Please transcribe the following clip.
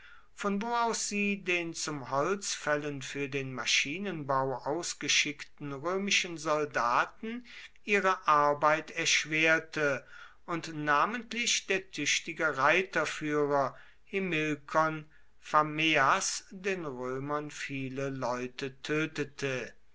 von wo aus sie den zum holzfällen für den maschinenbau ausgeschickten römischen soldaten ihre arbeit erschwerte und namentlich der tüchtige reiterführer himilkon phameas den römern viele leute tötete